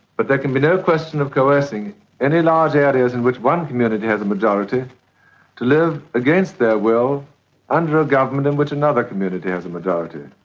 but there can be no question of coercing any large areas in which one community has a majority to live against their will under a government in which another community has a majority,